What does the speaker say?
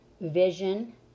vision